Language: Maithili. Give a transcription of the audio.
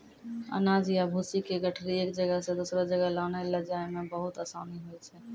अनाज या भूसी के गठरी एक जगह सॅ दोसरो जगह लानै लै जाय मॅ बहुत आसानी होय छै